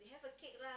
you have a cake lah